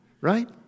right